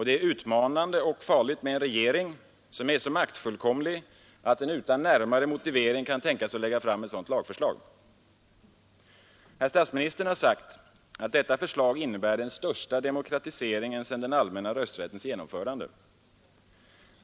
Det är utmanande och farligt med en regering som är så maktfullkomlig att den kan tänka sig att utan närmare motivering lägga fram ett sådant lagförslag. Herr statsministern har sagt att detta förslag innebär den största demokratiseringen sedan den allmänna rösträttens genomförande.